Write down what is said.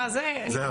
אתה זה,